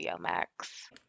Max